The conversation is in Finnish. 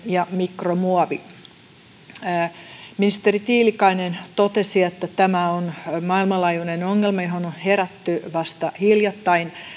ja mikromuovin ministeri tiilikainen totesi että tämä on maailmanlaajuinen ongelma johon on herätty vasta hiljattain